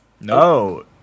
No